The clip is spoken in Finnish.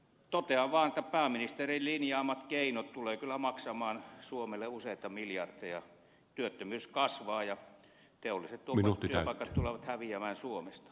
totean vaan että pääministerin linjaamat keinot tulevat kyllä maksamaan suomelle useita miljardeja työttömyys kasvaa ja teolliset työpaikat tulevat häviämään suomesta